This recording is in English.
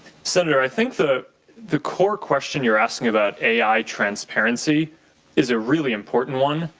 senator, i think the the core question you're asking about ai transparency is ah really important one.